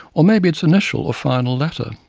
or maybe its initial or final letter.